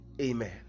amen